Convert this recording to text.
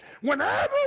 Whenever